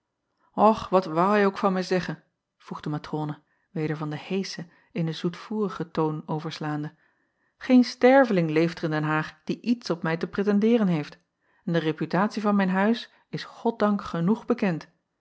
ch wat woû hij ook van mij zeggen vroeg de acob van ennep laasje evenster delen matrone weder van den heeschen in den zoetvoerigen toon overslaande geen sterveling leeft er in den aag die iets op mij te pretendeeren heeft en de reputatie van mijn huis is oddank genoeg bekend